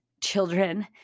Children